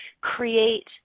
create